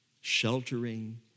sheltering